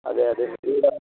అదే అదే మీద